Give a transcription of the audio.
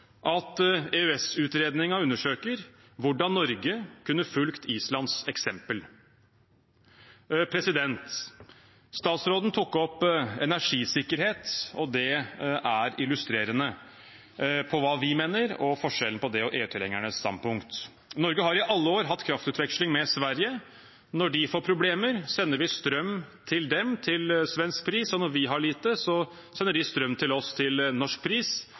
at EØS-utredningen undersøker hvordan Norge kunne fulgt Islands eksempel. Statsråden tok opp energisikkerhet, og det er illustrerende for hva vi mener, og forskjellen på det og EU-tilhengernes standpunkt. Norge har i alle år hatt kraftutveksling med Sverige. Når de får problemer, sender vi strøm til dem til svensk pris, og når vi har lite, sender de strøm til oss til norsk pris.